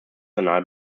personal